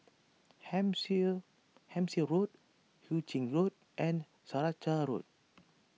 Hampshire Road Hu Ching Road and Saraca Road